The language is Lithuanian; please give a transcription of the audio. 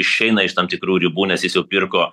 išeina iš tam tikrų ribų nes jis jau pirko